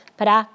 para